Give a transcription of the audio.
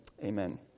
amen